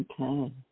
Okay